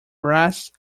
breast